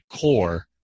core